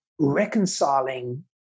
reconciling